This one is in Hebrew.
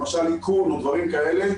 למשל איכון וכדומה,